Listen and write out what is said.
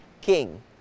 King